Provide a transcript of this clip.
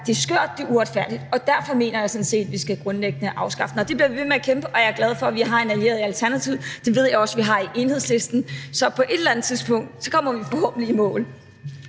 det er skørt, og det er uretfærdigt, og derfor mener jeg sådan set, vi grundlæggende skal afskaffe den. Det bliver vi ved med at kæmpe for, og jeg er glad for, vi har en allieret i Alternativet. Det ved jeg også vi har i Enhedslisten. Så på et eller andet tidspunkt kommer vi forhåbentlig i mål.